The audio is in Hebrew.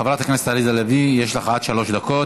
חברת הכנסת עליזה לביא, יש לך עד שלוש דקות.